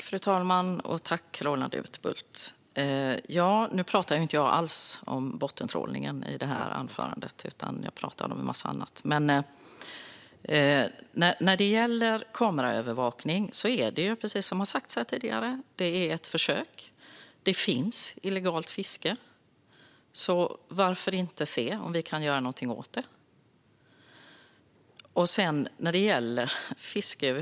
Fru talman! Tack, Roland Utbult! Nu sa jag inget om bottentrålningen i mitt anförande, utan jag talade om en massa annat. Men detta med kameraövervakning är, precis som har sagts här tidigare, ett försök. Det finns illegalt fiske. Varför inte se om vi kan göra något åt det?